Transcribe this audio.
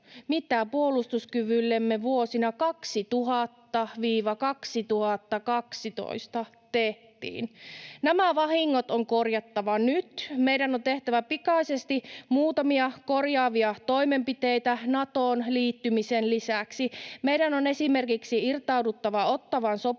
mitä puolustuskyvyllemme vuosina 2000—2012 tehtiin. Nämä vahingot on korjattava nyt. Meidän on tehtävä pikaisesti muutamia korjaavia toimenpiteitä, Natoon liittymisen lisäksi: Meidän on esimerkiksi irtauduttava Ottawan sopimuksesta